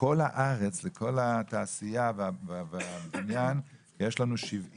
בכל הארץ ובכל תעשיית הבניין יש לנו 70 מפקחים.